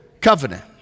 covenant